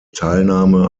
teilnahme